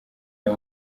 ayo